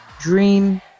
dream